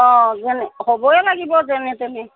অঁ যেনে হ'বই লাগিব যেনে তেনে